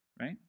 right